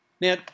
Now